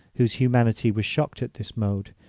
whose humanity was shocked at this mode,